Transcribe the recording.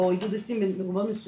עוד עידוד עצים מאוד מסוימים.